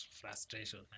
frustration